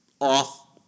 Off